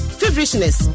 feverishness